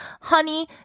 honey